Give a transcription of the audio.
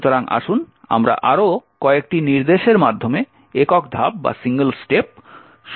সুতরাং আসুন আমরা আরও কয়েকটি নির্দেশের মাধ্যমে একক ধাপ সম্পন্ন করি